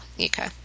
okay